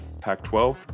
Pac-12